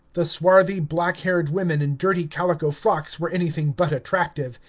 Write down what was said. the swarthy, black-haired women in dirty calico frocks were anything but attractive,